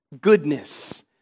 goodness